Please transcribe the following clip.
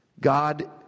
God